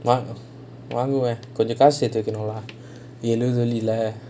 வாங்குவேன் கொஞ்சம் காசு சேர்த்து வெக்கணும்:vaanguvaen konjam kaasu searthu vekkanum lah